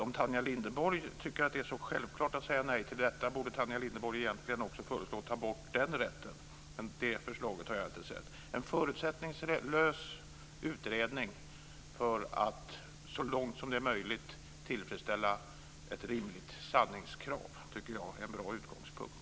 Om Tanja Linderborg tycker att det är så självklart att säga nej till detta förslag borde hon egentligen också föreslå att den rätten ska tas bort, men det förslaget har jag inte sett. En förutsättningslös utredning för att så långt som det är möjligt tillfredsställa ett rimligt sanningskrav tycker jag är en bra utgångspunkt.